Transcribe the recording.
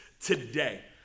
today